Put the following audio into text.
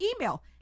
email